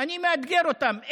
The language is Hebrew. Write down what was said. אני מאתגר אותם.